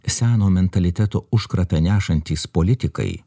seno mentaliteto užkratą nešantys politikai